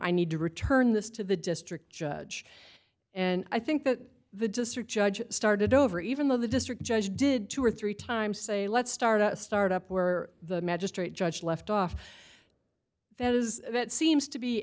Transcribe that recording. i need to return this to the district judge and i think that the district judge started over even though the district judge did two or three times say let's start a start up where the magistrate judge left off that is that seems to be